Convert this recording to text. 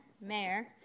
Mayor